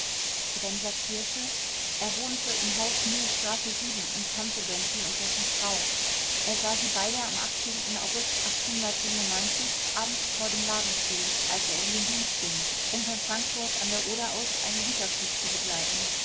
bremser kiersche er wohnte im hause mühlenstraße und kannte gönczi und dessen frau er sah sie beide am august abends vor dem laden stehen als er in den dienst ging um von frankfurt a o aus einen güterzug zu begleiten